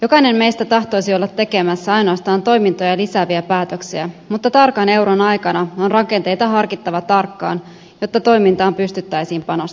jokainen meistä tahtoisi olla tekemässä ainoastaan toimintoja lisääviä päätöksiä mutta tarkan euron aikana on rakenteita harkittava tarkkaan jotta toimintaan pystyttäisiin panostamaan